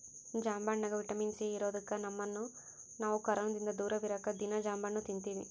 ಜಾಂಬಣ್ಣಗ vitamin C ಇರದೊಕ್ಕ ನಮ್ಮನ್ನು ನಾವು ಕೊರೊನದಿಂದ ದೂರವಿರಕ ದೀನಾ ಜಾಂಬಣ್ಣು ತಿನ್ತಿವಿ